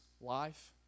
life